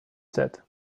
said